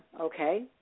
Okay